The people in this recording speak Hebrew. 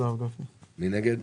מי נגד?